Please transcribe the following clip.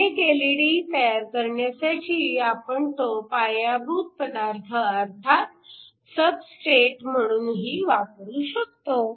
अनेक एलईडी तयार करण्यासाठी आपण तो पायाभूत पदार्थ अर्थात सबस्ट्रेट म्हणूनही वापरू शकतो